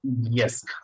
Yes